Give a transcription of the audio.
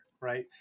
Right